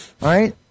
right